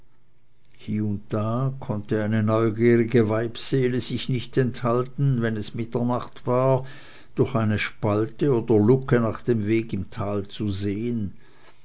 hie und da konnte eine neugierige weibsseele sich nicht enthalten wenn es mitternacht war durch eine spalte oder luke nach dem wege im tale zu sehen